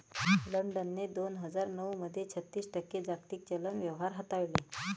लंडनने दोन हजार नऊ मध्ये छत्तीस टक्के जागतिक चलन व्यवहार हाताळले